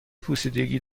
پوسیدگی